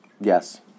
Yes